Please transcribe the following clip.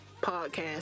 podcast